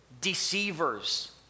deceivers